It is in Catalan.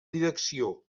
direcció